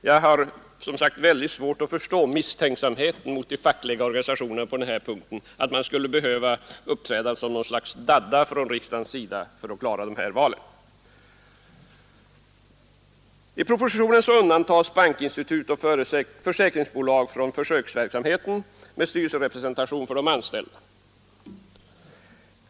Jag har mycket svårt att förstå misstänksamheten mot de fackliga organisationerna på denna punkt och åsikten att riksdagen skulle behöva uppträda som något slags dadda för att de skall klara dessa val. I propositionen undantas bankinstitut och försäkringsbolag från försöksverksamheten med styrelserepresentation för de anställda.